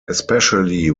especially